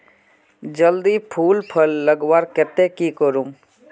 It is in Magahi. जल्दी फूल फल लगवार केते की करूम?